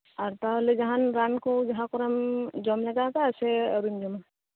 ᱟᱨ ᱛᱟᱦᱞᱮ ᱨᱟᱱ ᱠᱚ ᱡᱟᱸᱦᱟ ᱠᱚᱨᱮᱜ ᱮᱢ ᱡᱚᱢ ᱞᱟᱜᱟ ᱠᱟᱫᱟ ᱥᱮ ᱟᱣᱨᱤᱢ ᱡᱚᱢᱟ